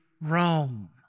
Rome